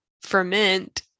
ferment